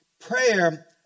Prayer